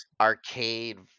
arcade